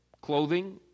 clothing